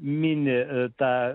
mini tą